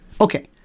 Okay